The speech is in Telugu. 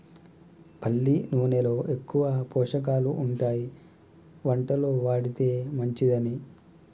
పల్లి నూనెలో ఎక్కువ పోషకాలు ఉంటాయి వంటలో వాడితే మంచిదని